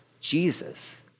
Jesus